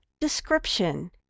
description